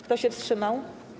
Kto się wstrzymał?